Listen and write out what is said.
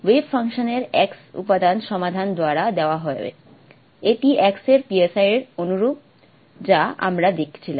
wave ফাংশনের X উপাদান সমাধান দ্বারা দেওয়া হবে এটি x এর এর অনুরূপ যা আমরা লিখেছিলাম